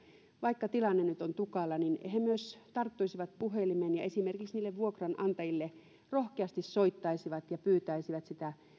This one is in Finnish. vaikka tilanne nyt on tukala niin he myös tarttuisivat puhelimeen ja esimerkiksi niille vuokranantajille rohkeasti soittaisivat ja pyytäisivät sitä